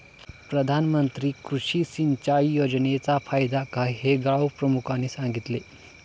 प्रधानमंत्री कृषी सिंचाई योजनेचा फायदा काय हे गावप्रमुखाने सांगितले